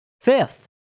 Fifth